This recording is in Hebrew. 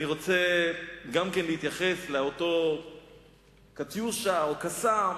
אני רוצה להתייחס לאותה "קטיושה" או "קסאם",